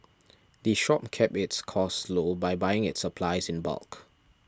the shop keeps its costs low by buying its supplies in bulk